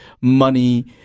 money